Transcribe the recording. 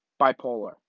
Bipolar